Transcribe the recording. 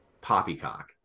poppycock